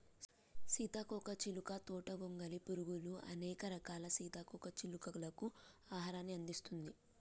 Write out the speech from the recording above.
సీతాకోక చిలుక తోట గొంగలి పురుగులు, అనేక రకాల సీతాకోక చిలుకలకు ఆహారాన్ని అందిస్తుంది